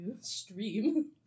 stream